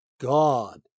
God